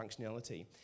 functionality